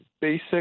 basic